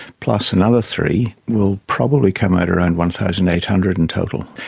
plus another three, will probably come out around one thousand eight hundred in total.